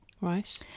Right